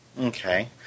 Okay